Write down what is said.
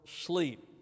sleep